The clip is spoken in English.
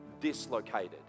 dislocated